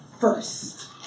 first